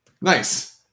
Nice